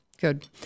good